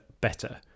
better